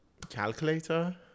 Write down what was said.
calculator